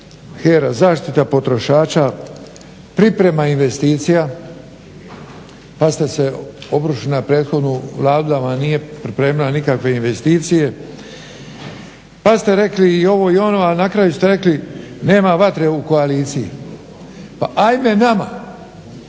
HERA zaštita potrošača, priprema investicija pa ste obrušili prethodnu vladu da vam nije pripremila nikakve investicije pa ste rekli i ovo i ono ali na kraju ste rekli nema vatre u koaliciji. Pa ajme nama